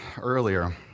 earlier